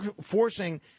forcing